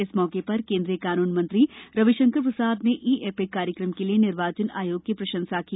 इस मौके पर केन्द्रीय कानून मंत्री रविशंकर प्रसाद ने ई एपिक कार्यक्रम के लिए निर्वाचन आयोग की प्रशंसा की